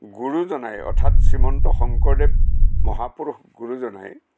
গুৰুজনাই অৰ্থাৎ শ্ৰীমন্ত শংকৰদেৱ মহাপুৰুষ গুৰুজনাই